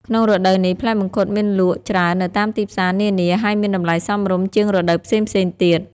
ក្នុងរដូវនេះ ផ្លែមង្ឃុតមានលក់ច្រើននៅតាមទីផ្សារនានា ហើយមានតម្លៃសមរម្យជាងរដូវផ្សេងៗទៀត។